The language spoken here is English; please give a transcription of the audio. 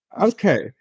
Okay